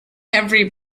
every